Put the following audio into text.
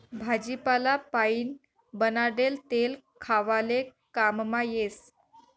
भाजीपाला पाइन बनाडेल तेल खावाले काममा येस